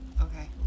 Okay